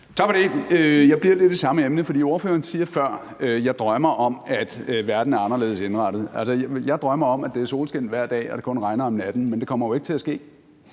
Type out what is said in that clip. Tak for det. Jeg bliver lidt ved samme emne, for ordføreren sagde før: Jeg drømmer om, at verden er anderledes indrettet. Altså, jeg drømmer om, at det er solskin hver dag og det kun regner om natten, men det kommer jo ikke til at ske.